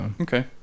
Okay